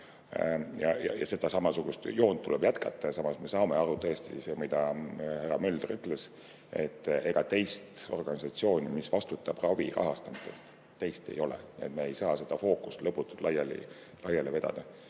Samasugust joont tuleb jätkata. Samas me saame aru – see, mida härra Mölder ütles –, et teist organisatsiooni, mis vastutab ravi rahastamise eest, ei ole. Me ei saa seda fookust lõputult laiali vedada.